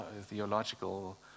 theological